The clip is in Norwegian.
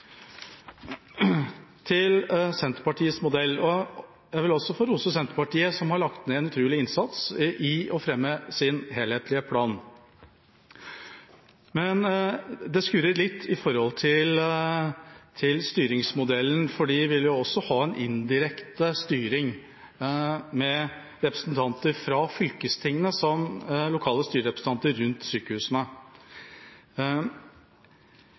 Til Senterpartiets modell: Jeg vil rose Senterpartiet, som har lagt ned en utrolig innsats i å fremme sin helhetlige plan, men det skurrer litt når det gjelder styringsmodellen, for de vil også ha en indirekte styring med representanter fra fylkestingene som lokale styrerepresentanter rundt sykehusene.